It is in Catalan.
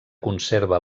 conserva